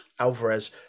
Alvarez –